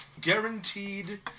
Guaranteed